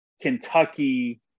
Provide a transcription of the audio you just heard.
Kentucky